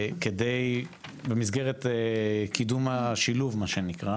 במסגרת קידום השילוב, מה שנקרא.